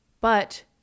but-